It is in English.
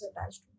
attached